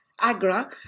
AGRA